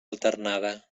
alternada